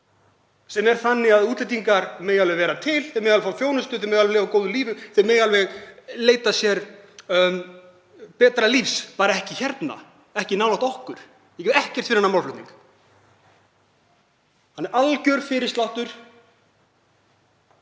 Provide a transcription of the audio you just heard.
sem er þannig að útlendingar megi alveg vera til, þeir megi alveg fá þjónustu, þeir megi alveg lifa góðu lífi, þeir megi alveg leita sér betra lífs, bara ekki hérna, ekki nálægt okkur. Ég gef ekkert fyrir þennan málflutning. Hann er algjör fyrirsláttur,